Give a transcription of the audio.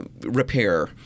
repair